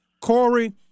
Corey